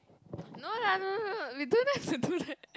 no lah no no no we don't have to do like